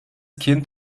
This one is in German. kind